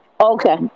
Okay